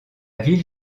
ville